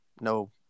no